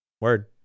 Word